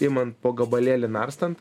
iman po gabalėlį narstant